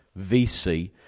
VC